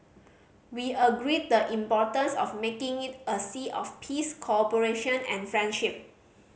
we agreed the importance of making it a sea of peace cooperation and friendship